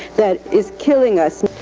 that is killing us.